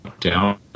down